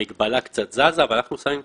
המגבלה קצת זזה אבל אנחנו שמים כסף.